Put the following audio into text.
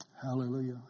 Hallelujah